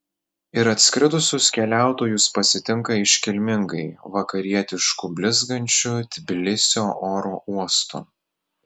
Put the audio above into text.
ir atskridusius keliautojus pasitinka iškilmingai vakarietišku blizgančiu tbilisio oro uostu